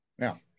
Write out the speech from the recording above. Now